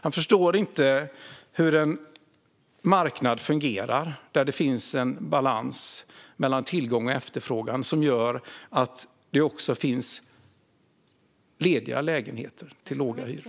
Han förstår inte hur en marknad fungerar där det finns en balans mellan tillgång och efterfrågan, vilket gör att det också finns lediga lägenheter till låga hyror.